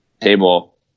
table